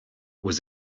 was